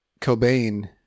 Cobain